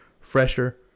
fresher